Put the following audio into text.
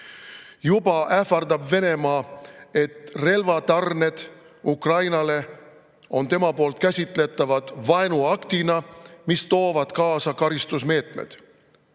Juba ähvardab Venemaa, et relvatarned Ukrainale on käsitletavad vaenuaktina, mis toovad kaasa karistusmeetmed.